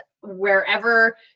Wherever